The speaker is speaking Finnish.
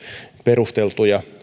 perusteltuja mutta